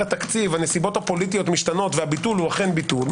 תקציב הנסיבות הפוליטיות משתנות והביטול הוא אכן ביטול,